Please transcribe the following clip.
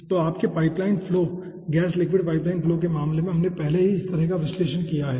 तो आपके pipeline flow gas liquid pipeline flow के मामले में हमने पहले ही इस तरह का विश्लेषण किया है